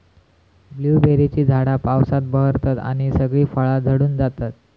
ब्लूबेरीची झाडा पावसात बहरतत आणि सगळी फळा झडून जातत